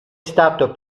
stato